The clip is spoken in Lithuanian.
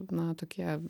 na tokie